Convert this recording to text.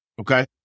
Okay